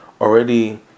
already